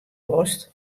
wolst